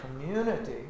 community